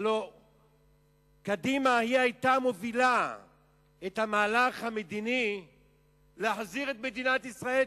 הלוא קדימה הובילה את המהלך המדיני להחזיר את מדינת ישראל,